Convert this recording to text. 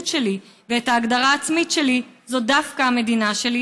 שלי ואת ההגדרה העצמית שלי זה דווקא המדינה שלי,